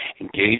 Engage